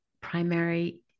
primary